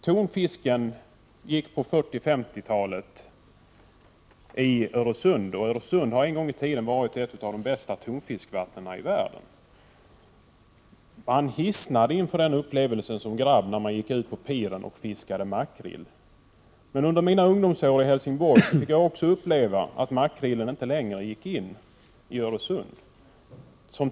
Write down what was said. Tonfisken gick på 40 och 50-talet i Öresund, som en gång i tiden har varit ett av de bästa tonfiskvattnen i världen. Som grabb hissnade jag inför upplevelsen att få gå ut på piren och fiska makrill. Men under mina ungdomsår i Helsingborg fick jag också uppleva att makrillen inte längre gick in i Öresund.